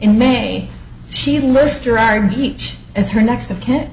in may she lives during each as her next of ki